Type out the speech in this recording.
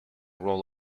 roll